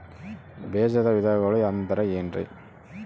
ಬೇಜದ ವಿಧಗಳು ಅಂದ್ರೆ ಏನ್ರಿ?